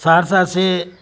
سہرسہ سے